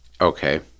Okay